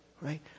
right